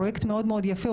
פרויקט מאוד מאוד יפה.